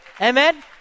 Amen